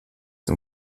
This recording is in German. dem